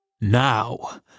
Now